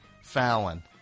Fallon